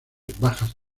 bajas